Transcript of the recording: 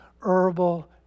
herbal